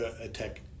attack